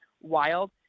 wild